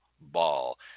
Ball